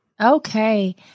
Okay